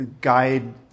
guide